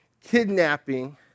kidnapping